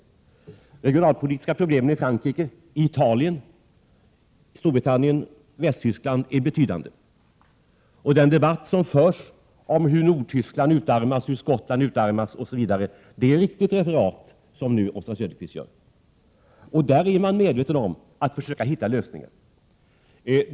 De regionalpolitiska problemen i Frankrike, Italien, Storbritannien och Västtyskland är betydande. Det förs en debatt om hur bl.a. Nordtyskland och Skottland utarmas. Oswald Söderqvist gjorde ett riktigt referat. Man är medveten om att att man måste försöka hitta lösningar.